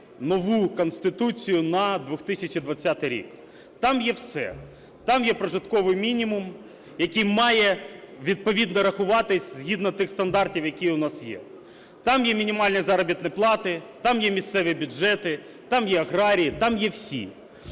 нову Конституцію на 2020 рік. Там є все: там є прожитковий мінімум, який має відповідно рахуватись згідно тих стандартів, які у нас є, там є мінімальні заробітні плати, там є місцеві бюджети, там є аграрії, там є всі.